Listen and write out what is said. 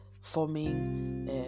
forming